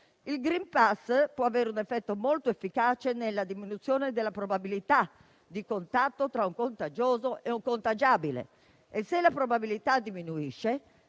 Il *green pass* può avere un effetto molto efficace nella diminuzione della probabilità di contatto tra un contagioso e un contagiabile. Se la probabilità diminuisce,